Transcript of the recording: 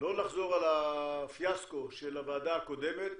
לא לחזור על הפיאסקו של הוועדה הקודמת,